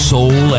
Soul